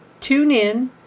TuneIn